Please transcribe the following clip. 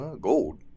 Gold